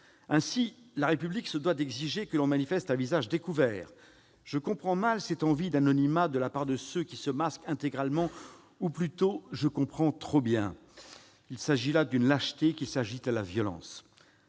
Ainsi, la République se doit d'exiger que l'on manifeste à visage découvert. Je comprends mal cette envie d'anonymat de la part de ceux qui se masquent intégralement ... ou plutôt je comprends trop bien qu'il s'agit là d'une lâcheté qui s'ajoute à leur violence.